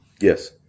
Yes